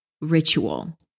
ritual